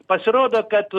pasirodo kad